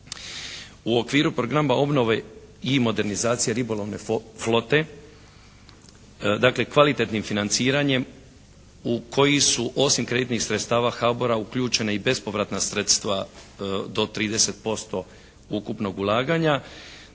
U okviru programa obnove i modernizacije ribolovne flote, dakle kvalitetnim financiranjem u koji su osim kreditnih sredstava HABOR-a uključene i bespovratna sredstva do 30% ukupnog ulaganja